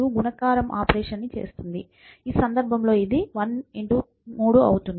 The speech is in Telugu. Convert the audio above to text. ALU గుణకారము ఆపరేషన్ ని చేస్తుంది ఈ సందర్భంలో ఇది 1 3 అవుతుంది